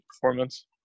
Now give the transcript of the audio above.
performance